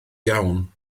iawn